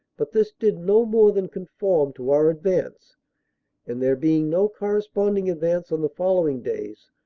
but this did no more than conform to our advance and, there being no corres ponding advance on the following days,